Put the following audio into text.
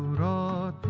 da